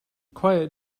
quiet